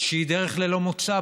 שהיא דרך ללא מוצא,